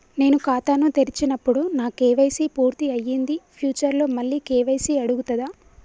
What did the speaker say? నేను ఖాతాను తెరిచినప్పుడు నా కే.వై.సీ పూర్తి అయ్యింది ఫ్యూచర్ లో మళ్ళీ కే.వై.సీ అడుగుతదా?